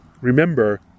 Remember